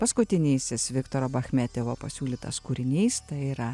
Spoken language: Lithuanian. paskutinysis viktoro bachmetjevo pasiūlytas kūrinys tai yra